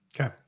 Okay